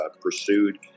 pursued